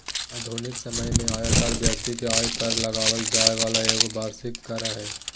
आधुनिक समय में आयकर व्यक्ति के आय पर लगाबल जैय वाला एगो वार्षिक कर हइ